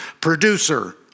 producer